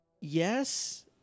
Yes